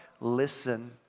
Listen